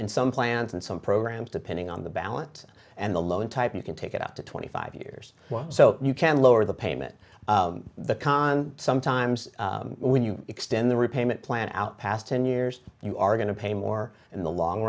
in some plans and some programs depending on the ballot and the loan type you can take it up to twenty five years so you can lower the payment the con sometimes when you extend the repayment plan out past ten years you are going to pay more in the long